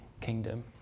kingdom